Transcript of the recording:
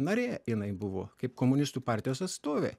narė jinai buvo kaip komunistų partijos atstovė